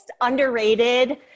underrated